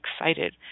excited